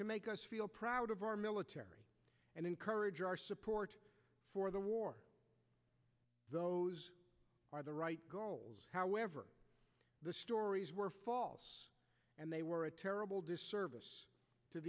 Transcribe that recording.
to make us feel proud of our military and encourage our support for the war those are the right goals however the stories were false and they were a terrible disservice to